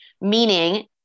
meaning